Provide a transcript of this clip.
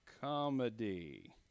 Comedy